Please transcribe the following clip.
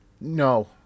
No